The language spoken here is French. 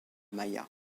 maya